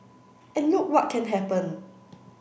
and look what can happen